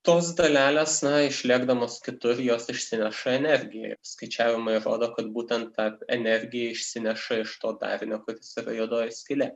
tos dalelės na išlėkdamos kitur jos išsineša energiją skaičiavimai rodo kad būtent tą energiją išsineša iš to darinio kuris yra juodoji skylė